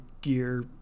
gear